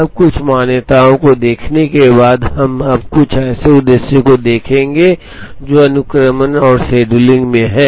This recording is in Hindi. अब कुछ मान्यताओं को देखने के बाद हम अब कुछ ऐसे उद्देश्यों को देखेंगे जो अनुक्रमण और शेड्यूलिंग में हैं